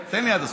תן לי עד הסוף.